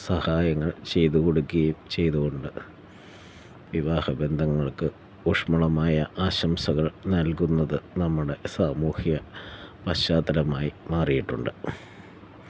സഹായങ്ങൾ ചെയ്തു കൊടുക്കുകയും ചെയ്തു കൊണ്ട് വിവാഹബന്ധങ്ങൾക്ക് ഊഷ്മളമായ ആശംസകൾ നൽകുന്നത് നമ്മുടെ സാമൂഹ്യ പശ്ചാത്തലമായി മാറിയിട്ടുണ്ട്